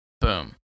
Boom